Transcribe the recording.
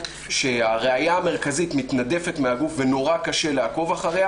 שהראיה המרכזית מתנדפת מהגוף ונורא קשה לעקוב אחריה,